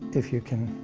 if you can.